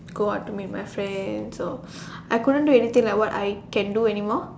go out to meet my friends or I couldn't do anything like what I can do anymore